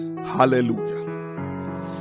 Hallelujah